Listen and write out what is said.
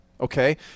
okay